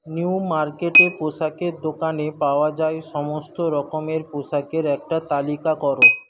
new মার্কেটে পোশাকের দোকানে পাওয়া যায় সমস্ত রকমের পোশাকের একটা তালিকা করো